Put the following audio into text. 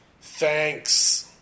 thanks